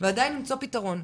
ועדיין אפשר למצוא פתרון,